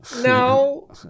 No